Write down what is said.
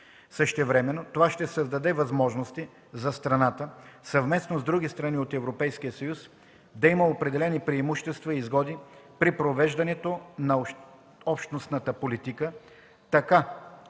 Същевременно това ще създаде възможности за страната, съвместно с другите страни от Европейския съюз, да има определени преимущества и изгоди при провеждането както на общностната политика, така